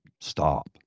stop